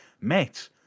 met